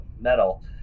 metal